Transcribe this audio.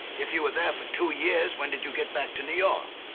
if you were there for two years, when did you get back to new york?